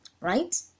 Right